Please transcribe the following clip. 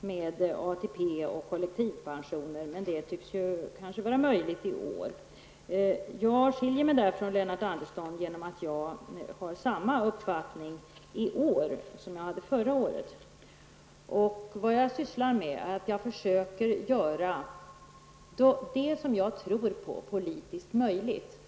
med ATP och kollektivpension, men det tycks vara möjligt i år. Jag skiljer mig därför från Lennart Andersson genom att jag har samma uppfattning i år som jag hade förra året. Jag försöker göra det som jag tror är rätt och politiskt möjligt.